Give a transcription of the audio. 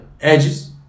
Edges